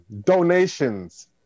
donations